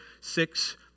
six